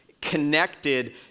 connected